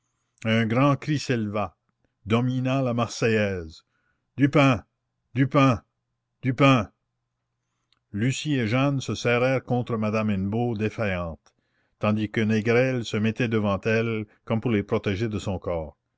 un grand cri s'éleva domina la marseillaise du pain du pain du pain lucie et jeanne se serrèrent contre madame hennebeau défaillante tandis que négrel se mettait devant elles comme pour les protéger de son corps